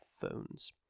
phones